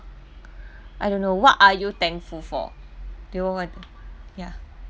I don't know what are you thankful for do you want to ya